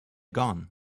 gone